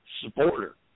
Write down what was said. supporter